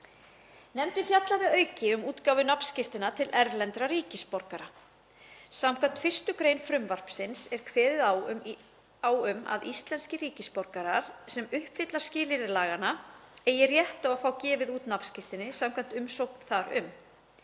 Nefndin fjallaði að auki um útgáfu nafnskírteina til erlendra ríkisborgara. Skv. 1. gr. frumvarpsins er kveðið á um að íslenskir ríkisborgarar sem uppfylla skilyrði laganna eigi rétt á að fá gefið út nafnskírteini samkvæmt umsókn þar um.